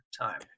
time